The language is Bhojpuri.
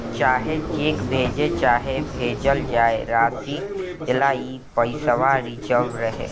चाहे चेक भजे चाहे भेजल जाए, रासी भेजेला ई पइसवा रिजव रहे